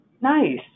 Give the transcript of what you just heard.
Nice